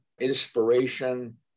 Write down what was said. inspiration